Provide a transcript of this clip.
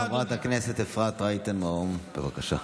חברת הכנסת אפרת רייטן מרום, בבקשה.